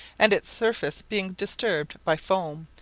and its surface being disturbed by foam,